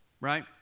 right